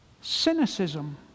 Cynicism